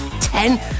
ten